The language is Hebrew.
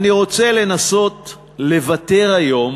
אני רוצה לנסות לוותר היום